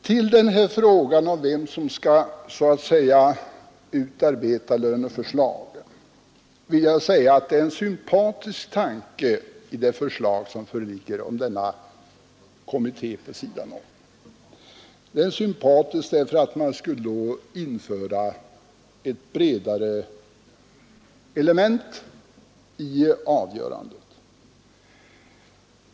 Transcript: Till frågan om vem som skall utarbeta löneförslaget för riksdagsmännen vill jag säga att tanken på en kommitté utanför riksdagen är i och för sig sympatisk. Det skulle införa ett bredare element i avgörandet.